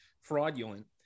fraudulent